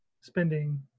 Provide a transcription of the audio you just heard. spending